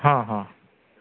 हा हा